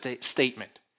statement